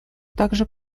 также